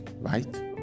right